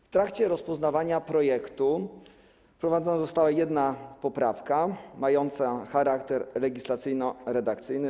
W trakcie rozpoznawania projektu wprowadzona została jedna poprawka, mająca charakter legislacyjno-redakcyjny.